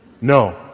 No